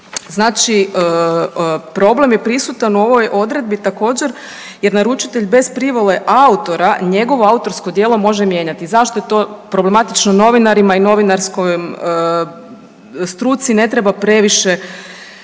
Znači, problem je prisutan u ovoj odredbi također jer naručitelj bez privole autora njegovo autorsko djelo može mijenjati. Zašto je to problematično novinarima i novinarskoj struci ne treba previše